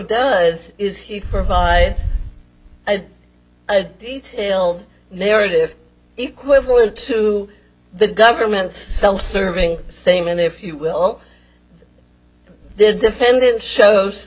does he provide a detailed narrative equivalent to the government's self serving same in if you will did defendant shows